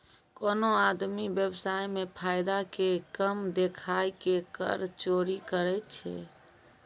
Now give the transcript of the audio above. कोनो आदमी व्य्वसाय मे फायदा के कम देखाय के कर चोरी करै छै